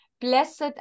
blessed